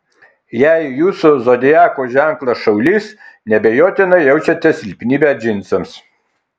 jei jūsų zodiako ženklas šaulys neabejotinai jaučiate silpnybę džinsams